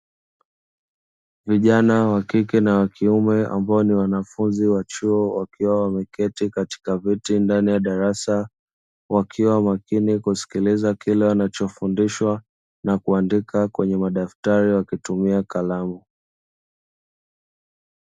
Vijana wa kike na wakiume ambao ni wanafunzi wa chuo wakiwa wameketi katika viti ndani ya darasa, wakiwa makini kusikiliza kile wanachofundishwa na kuandika katika madaftari wakitumia kalamu.